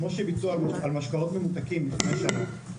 כמו שביצעו על משקאות ממותקים לפני שנה,